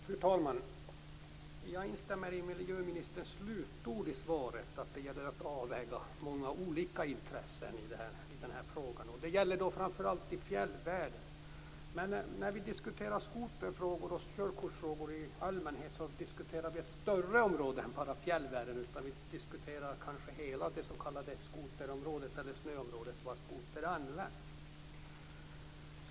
Fru talman! Jag instämmer i miljöministerns slutord i svaret, att det gäller att avväga många olika intressen i den här frågan. Det gäller framför allt i fjällvärlden. Men när vi diskuterar skoterfrågor och körkortsfrågor i allmänhet diskuterar vi ett större område. Det rör sig inte bara om fjällvärlden utan kanske om hela det s.k. skoterområdet, dvs. det snöområde där skoter används.